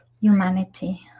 humanity